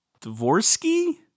Dvorsky